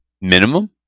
minimum